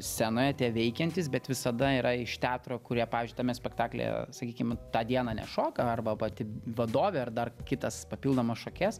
scenoje tie veikiantys bet visada yra iš teatro kurie pavyzdžiui tame spektaklyje sakykim tą dieną nešoka arba pati vadovė ar dar kitas papildomas šokėjas